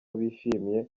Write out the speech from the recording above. bishimye